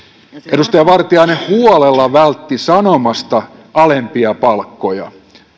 edustaja vartiainen huolella vältti sanomasta alempia palkkoja